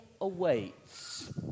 awaits